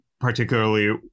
particularly